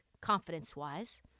confidence-wise